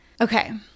Okay